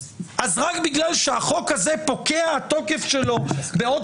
אז רק בגלל שהחוק הזה פוקע תוקף שלו בעוד